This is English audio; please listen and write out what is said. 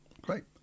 Great